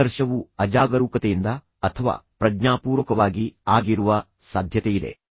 ಸಂಪೂರ್ಣ ಸಂಘರ್ಷವು ಅಜಾಗರೂಕತೆಯಿಂದ ಅಥವಾ ಪ್ರಜ್ಞಾಪೂರ್ವಕವಾಗಿ ಆಗಿರುವ ಎರಡೂ ಸಾಧ್ಯತೆಯಿದೆ